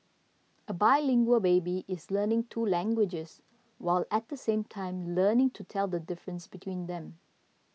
a bilingual baby is learning two languages while at the same time learning to tell the difference between them